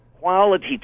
quality